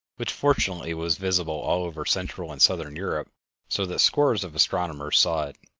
which fortunately was visible all over central and southern europe so that scores of astronomers saw it.